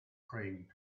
praying